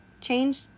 Change